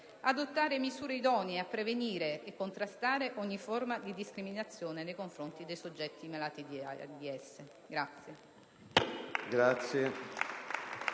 adottare misure idonee a prevenire e contrastare ogni forma di discriminazione nei confronti dei soggetti malati di